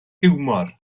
hiwmor